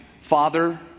father